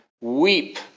weep